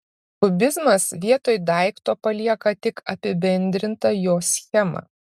kubizmas vietoj daikto palieka tik apibendrintą jo schemą